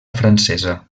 francesa